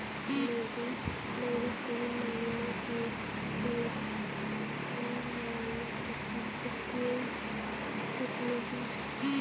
मेरी तीन महीने की ईएमआई कितनी है?